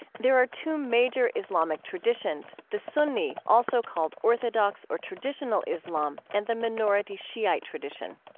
there are two major islamic traditions the sunni, also called orthodox or traditional islam and the minority shiite tradition.